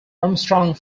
armstrong